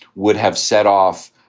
would have set off,